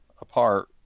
apart